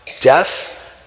death